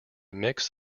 mix